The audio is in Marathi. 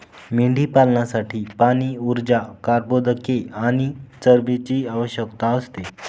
मेंढीपालनासाठी पाणी, ऊर्जा, कर्बोदके आणि चरबीची आवश्यकता असते